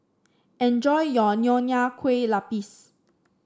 enjoy your Nonya Kueh Lapis